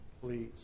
Please